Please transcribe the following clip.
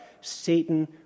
Satan